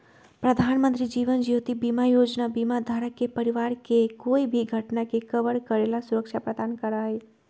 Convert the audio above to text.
प्रधानमंत्री जीवन ज्योति बीमा योजना बीमा धारक के परिवार के कोई भी घटना के कवर करे ला सुरक्षा प्रदान करा हई